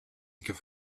give